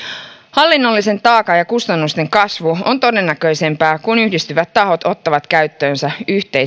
hallinnollisen taakan ja kustannusten kasvu on todennäköisempää kun yhdistyvät tahot ottavat käyttöönsä